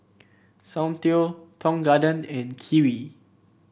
Soundteoh Tong Garden and Kiwi